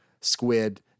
squid